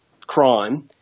crime